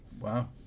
Wow